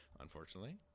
unfortunately